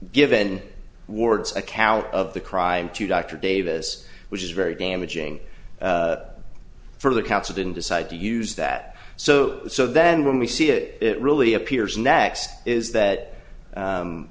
given ward's account of the crime to dr davis which is very damaging for the council didn't decide to use that so so then when we see it it really appears next is